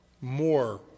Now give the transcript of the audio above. more